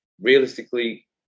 realistically